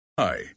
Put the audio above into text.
Hi